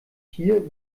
hier